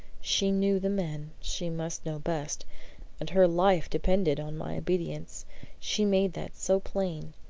she knew the men, she must know best and her life depended on my obedience she made that so plain.